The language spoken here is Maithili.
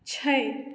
छै